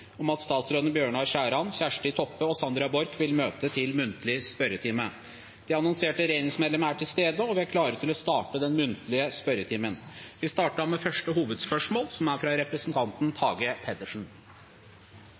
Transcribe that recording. Bjørnar Skjæran, Kjersti Toppe og Sandra Borch vil møte til muntlig spørretime. De annonserte regjeringsmedlemmene er til stede, og vi er klare til å starte den muntlige spørretimen. Vi starter med første